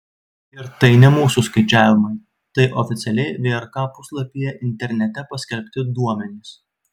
ir tai ne mūsų skaičiavimai tai oficialiai vrk puslapyje internete paskelbti duomenys